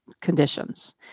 conditions